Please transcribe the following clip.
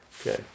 okay